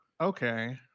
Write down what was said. Okay